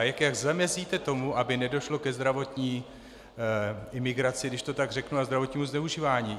Jak zamezíte tomu, aby nedošlo ke zdravotní imigraci, když to tak řeknu, a zdravotnímu zneužívání?